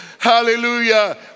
Hallelujah